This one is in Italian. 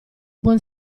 buon